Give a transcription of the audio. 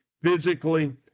physically